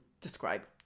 describe